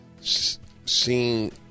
seeing